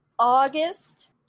August